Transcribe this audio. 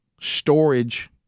storage